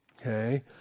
okay